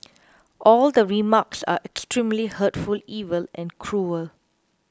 all the remarks are extremely hurtful evil and cruel